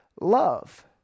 love